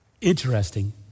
Interesting